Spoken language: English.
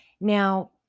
Now